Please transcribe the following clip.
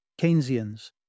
Keynesians